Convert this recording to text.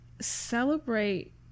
celebrate